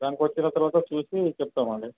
బ్యాంకుకి వచ్చిన తర్వాత చూసి చెప్తామండి